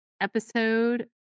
episode